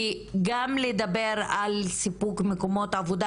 כי גם לדבר על סיפוק מקומות עבודה,